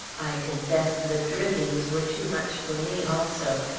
i confess the drippings were too much for me also,